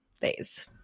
days